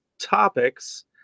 topics